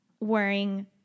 wearing